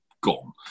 gone